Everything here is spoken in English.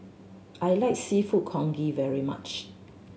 I like Seafood Congee very much